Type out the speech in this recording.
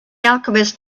alchemist